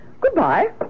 Goodbye